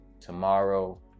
tomorrow